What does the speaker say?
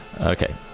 Okay